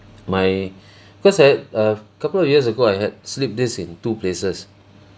my cause I had a couple of years ago I had slipped disc in two places